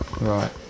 right